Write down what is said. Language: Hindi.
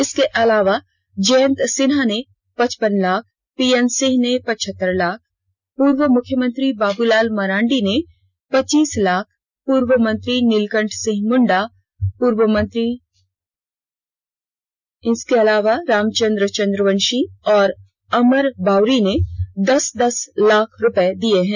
इसके अलावा जयंत सिन्हा ने पचपन लाख पीएन सिंह ने पचहतर लाख पूर्व मुख्यमंत्री बाबूलाल मरांडी ने पच्चीस लाख पूर्व मंत्री नीलकंठ सिंह मुंडा रामचंद्र चंद्रवंषी और अमर बाउरी ने दस दस लाख रुपए दिये हैं